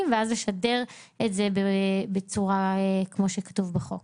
ואז לשדר את זה בצורה כמו שכתוב בחוק.